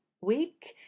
week